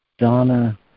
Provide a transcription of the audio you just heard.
Donna